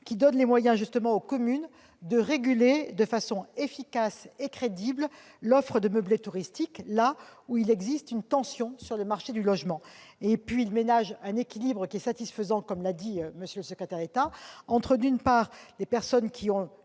qui donne les moyens aux communes de réguler de façon efficace et crédible l'offre de meublés touristiques, là où il existe une tension sur le marché du logement. L'article ménage un équilibre qui est satisfaisant, comme l'a souligné M. le secrétaire d'État. Les personnes ont